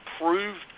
approved